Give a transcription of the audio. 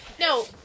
No